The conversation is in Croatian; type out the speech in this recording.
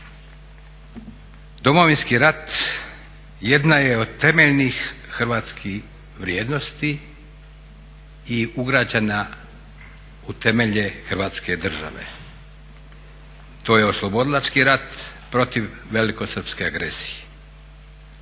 Domovinski rat jedna je od temeljnih hrvatskih vrijednosti i ugrađena u temelje Hrvatske države. To je oslobodilački rat protiv velikosrpske agresije.